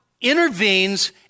intervenes